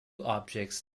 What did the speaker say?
objects